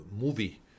movie